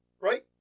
right